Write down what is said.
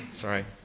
Sorry